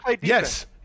Yes